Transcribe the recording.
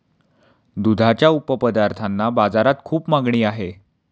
दुधाच्या उपपदार्थांना बाजारात खूप मागणी आहे